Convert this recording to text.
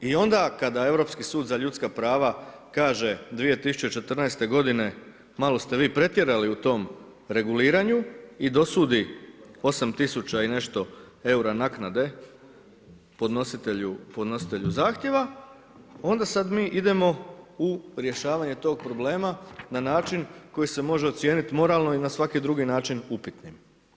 I onda kada Europski sud za ljudska prava kaže 2014. godine malo ste vi pretjerali u tom reguliranju i dosudi 8 tisuća i nešto eura naknade podnositelju zahtjeva onda sada mi idemo u rješavanje tog problema na način koji se može ocijeniti moralno i na svaki drugi način upitnim.